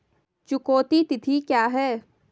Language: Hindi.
चुकौती तिथि क्या है?